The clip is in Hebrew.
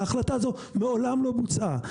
ההחלטה הזו מעולם לא בוצעה.